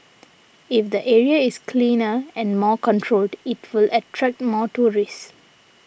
if the area is cleaner and more controlled it will attract more tourists